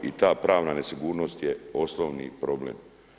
I ta pravna nesigurnost je osnovni problem.